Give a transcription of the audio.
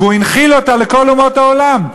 והוא הנחיל אותה לכל אומות העולם.